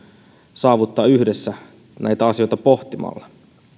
saavuttaa yhdessä näitä asioita pohtimalla